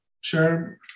sure